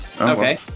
Okay